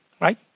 Right